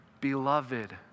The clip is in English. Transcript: beloved